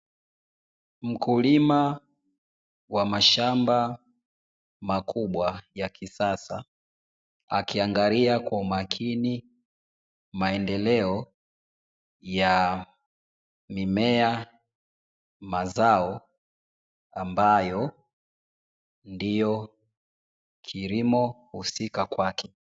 Mkulima wa mashamba makubwa ya kisasa akiangalia kwa umakini maendeleo ya mimea, mazao ambayo ndio kilimo husika kwake.